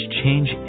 change